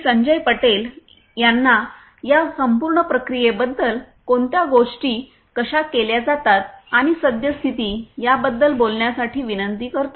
संजय पटेल यांना या संपूर्ण प्रक्रियेबद्दल कोणत्या गोष्टी कशा केल्या जातात आणि सद्यस्थिती याबद्दल बोलण्यासाठी विनंती करतो